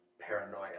paranoia